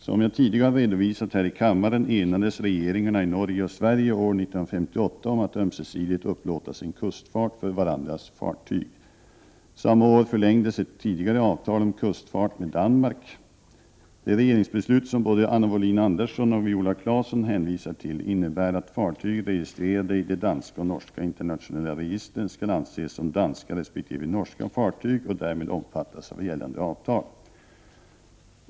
Som jag tidigare har redovisat här i kammaren enades regeringarna i Norge och Sverige år 1958 om att ömsesidigt upplåta sin kustfart för varandras fartyg. Samma år förlängdes ett tidigare avtal om kustfart med Danmark. Det regeringsbeslut som både Anna Wohlin-Andersson och Viola Claesson hänvisar till innebär att fartyg registrerade i de danska och norska internationella registren skall anses som danska resp. norska fartyg och därmed omfattas av gällande avtal.